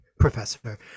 Professor